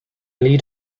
lead